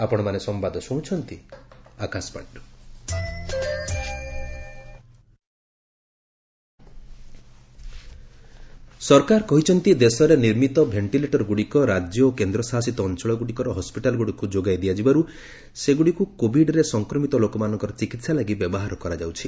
ଗଭ୍ ventilator ସରକାର କହିଛନ୍ତି ଦେଶରେ ନିର୍ମିତ ଭେଷ୍ଟିଲେଟରଗୁଡ଼ିକ ରାଜ୍ୟ ଓ କେନ୍ଦ୍ରଶାସିତ ଅଞ୍ଚଳଗୁଡ଼ିକର ହସିଟାଲଗୁଡ଼ିକୁ ଯୋଗାଇ ଦିଆଯିବାରୁ ସେଗୁଡ଼ିକୁ କୋବିଡରେ ସଂକ୍ରମିତ ଲୋକମାନଙ୍କର ଚିକିତ୍ସା ଲାଗି ବ୍ୟବହାର କରାଯାଉଛି